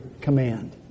command